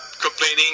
complaining